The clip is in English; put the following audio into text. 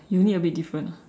uni a bit different ah